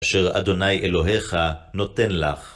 אשר אדוני אלוהיך נותן לך.